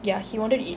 ya he wanted to eat